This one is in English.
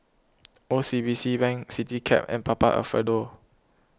O C B C Bank CityCab and Papa Alfredo